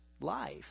life